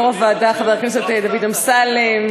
יו"ר הוועדה חבר הכנסת דוד אמסלם,